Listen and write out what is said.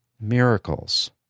miracles